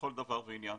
לכל דבר ועניין.